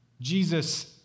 Jesus